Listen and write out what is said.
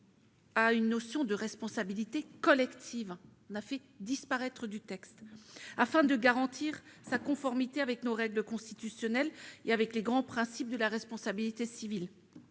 à une notion de responsabilité collective, ... Absolument !... afin de garantir sa conformité avec nos règles constitutionnelles et avec les grands principes de la responsabilité civile.